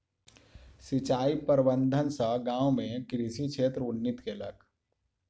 सिचाई प्रबंधन सॅ गाम में कृषि क्षेत्र उन्नति केलक